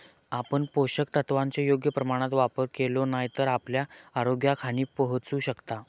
आपण पोषक तत्वांचो योग्य प्रमाणात वापर केलो नाय तर आपल्या आरोग्याक हानी पोहचू शकता